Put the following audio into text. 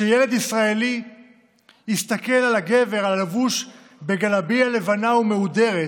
שילד ישראלי יסתכל על הגבר הלבוש בגלבייה לבנה ומהודרת